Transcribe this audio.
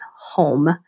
home